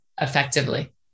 effectively